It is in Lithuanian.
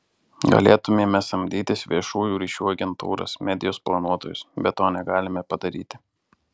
galėtumėme samdytis viešųjų ryšių agentūras medijos planuotojus bet to negalime padaryti